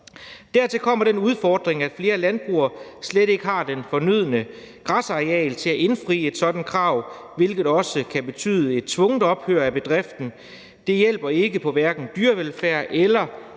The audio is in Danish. Dertil kommer den udfordring, at flere landbrug slet ikke har det fornødne græsareal til at indfri et sådant krav, hvilket også kan betyde et tvungent ophør af bedriften. Det hjælper hverken på dyrevelfærd eller